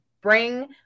bring